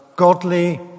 Godly